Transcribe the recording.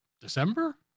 December